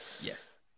Yes